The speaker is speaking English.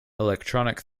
electronic